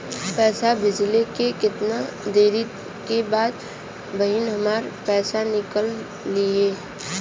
पैसा भेजले के कितना देरी के बाद बहिन हमार पैसा निकाल लिहे?